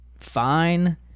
fine